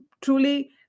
truly